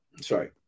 sorry